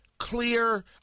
clear